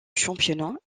championnat